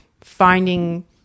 finding